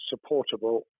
supportable